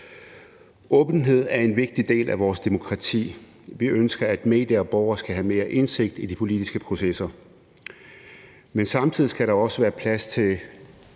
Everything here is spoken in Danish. Åbenhed er en vigtig del af vores demokrati. Vi ønsker, at medier og borgere skal have mere indsigt i de politiske processer, men samtidig skal der også være plads til